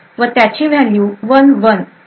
व त्याची व्हॅल्यू 11 असेल